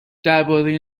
درباره